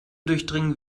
durchdringen